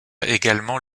également